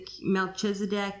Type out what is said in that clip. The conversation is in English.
Melchizedek